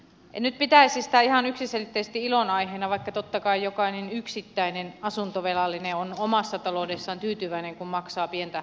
en nyt pitäisi sitä ihan yksiselitteisesti ilonaiheena vaikka totta kai jokainen yksittäinen asuntovelallinen on omassa taloudessaan tyytyväinen kun maksaa pientä korkoa